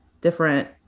different